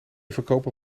verkoper